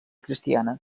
cristiana